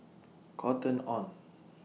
Cotton on